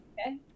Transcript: okay